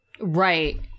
Right